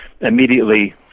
immediately